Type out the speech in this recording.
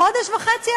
חודש וחצי,